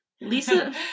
Lisa